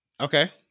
Okay